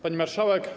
Pani Marszałek!